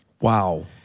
Wow